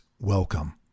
welcome